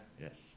Yes